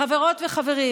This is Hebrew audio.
חברות וחברים,